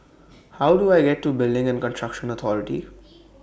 How Do I get to Building and Construction Authority